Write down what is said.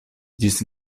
ĝis